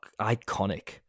iconic